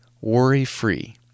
worry-free